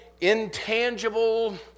intangible